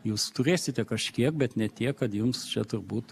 jūs turėsite kažkiek bet ne tiek kad jums čia turbūt